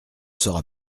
sera